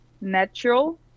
natural